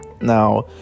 Now